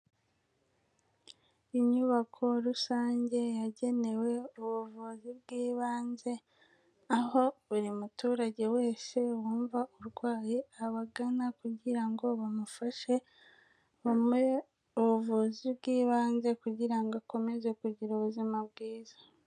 Inyubako rusange yagenewe ubuvuzi bw'ibanze, aho buri muturage wese wumva urwaye abagana kugira ngo bamufashe, bamuhe ubuvuzi bw'ibanze kugira ngo akomeze kugira ubuzima bwiza.